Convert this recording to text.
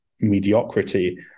mediocrity